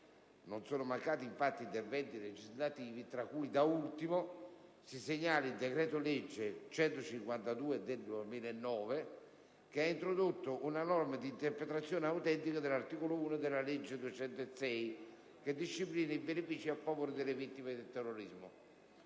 Non sono mancati, infatti, interventi legislativi, tra cui, da ultimo, si segnala il decreto legge n. 152 del 2009, che ha introdotto una norma di interpretazione autentica dell'articolo 1 della legge n. 206 del 2004, che disciplina i benefìci a favore delle vittime del terrorismo.